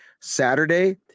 Saturday –